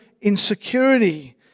insecurity